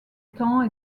temps